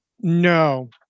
No